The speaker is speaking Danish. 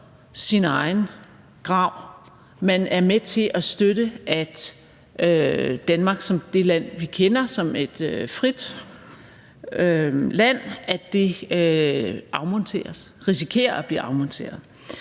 Man er med til at støtte, at Danmark som det land, vi kender som et frit land, afmonteres eller risikerer at blive afmonteret.